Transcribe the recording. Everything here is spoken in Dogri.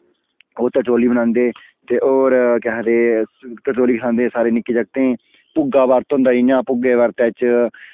ओह् तरचौली बनांदे ते होर केह् आखदे तरचौली खलांदे सारे निक्के जागतें भुग्गा बर्त होंदा जि'यां भुग्गै बर्तै च